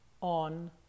on